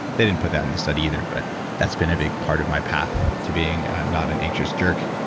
they didn't put that in the study either, but that's been a big part of my path to being not an anxious jerk